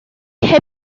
heb